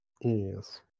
Yes